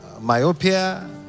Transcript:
myopia